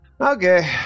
Okay